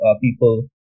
people